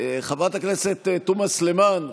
חברת הכנסת תומא סלימאן,